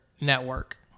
network